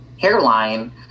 Hairline